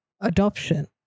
adoption